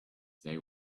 they